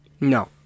No